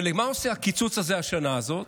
אבל מה עושה הקיצוץ הזה השנה הזאת?